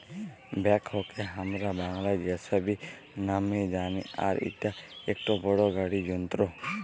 ব্যাকহোকে হামরা বাংলায় যেসিবি নামে জানি আর ইটা একটো বড় গাড়ি যন্ত্র